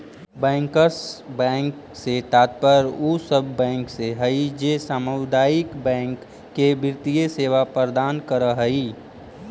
bankers bank से तात्पर्य उ सब बैंक से हइ जे सामुदायिक बैंक के वित्तीय सेवा प्रदान करऽ हइ